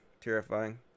Terrifying